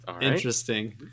interesting